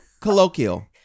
colloquial